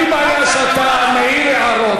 אין לי בעיה שאתה מעיר הערות,